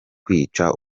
kwica